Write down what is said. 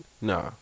No